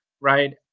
right